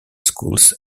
schools